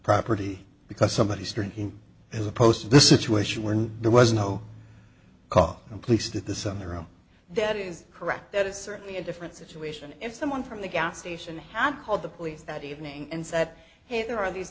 property because somebody started as opposed to this situation where there was no call and please do this on their own that is correct that is certainly a different situation if someone from the gas station had called the police that evening and said hey there are these